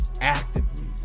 actively